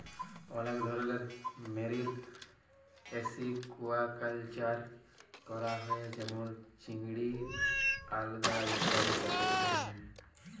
অলেক ধরলের marine aquaculture ক্যরা হ্যয়ে যেমল চিংড়ি, আলগা ইত্যাদি চাসের জন্হে